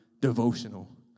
devotional